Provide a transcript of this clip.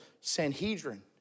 Sanhedrin